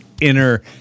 inner